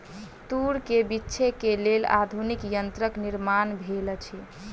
तूर के बीछै के लेल आधुनिक यंत्रक निर्माण भेल अछि